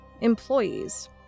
employees